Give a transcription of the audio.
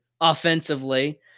offensively